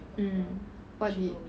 mm what he